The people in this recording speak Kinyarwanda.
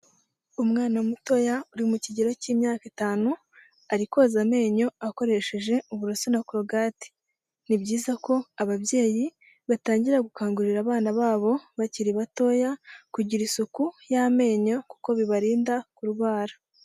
Umwana mutoya uri mu kigero cy'imyaka itanu, ari koza amenyo akoresheje uburoso na korogate, ni byiza ko ababyeyi batangira gukangurira abana babo bakiri batoya kugira isuku y'amenyo kuko bibarinda kurwara.